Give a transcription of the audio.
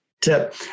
tip